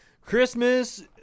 christmas